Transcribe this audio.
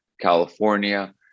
California